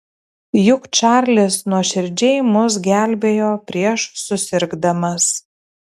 juk čarlis nuoširdžiai mus gelbėjo prieš susirgdamas